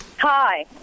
Hi